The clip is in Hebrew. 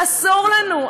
אסור לנו.